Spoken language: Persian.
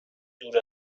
دور